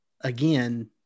again